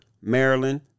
Maryland